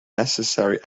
necessary